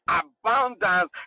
abundance